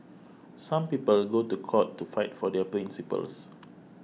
some people go to court to fight for their principles